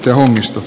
työ onnistu